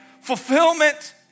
fulfillment